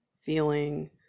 feeling